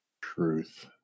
Truth